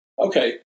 Okay